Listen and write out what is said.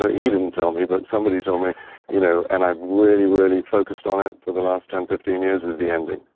know. he didn't tell me, but somebody told so me you know and i've really, really focused on it for the last ten, fifteen years, is the ending.